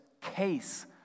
case